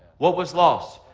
what was lost?